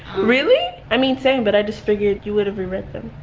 really? i mean same but i just figured you would have reread them.